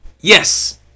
Yes